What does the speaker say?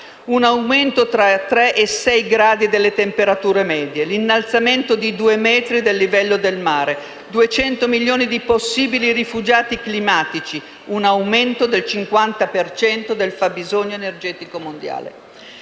tra i tre e i sei gradi delle temperature medie, l'innalzamento di due metri del livello del mare, 200 milioni di possibili rifugiati climatici e un aumento del 50 per cento del fabbisogno energetico mondiale.